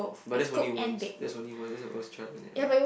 but that's only once that's only once that's the one chance